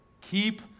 Keep